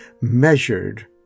measured